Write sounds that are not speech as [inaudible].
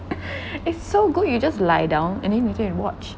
[breath] it's so good you just lie down and then you go and watch